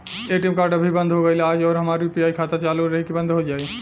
ATM card अभी बंद हो गईल आज और हमार यू.पी.आई खाता चालू रही की बन्द हो जाई?